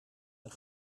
een